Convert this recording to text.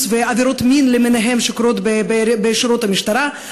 ועבירות מין למיניהן שקורים בשורות המשטרה,